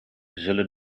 zullen